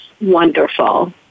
wonderful